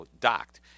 docked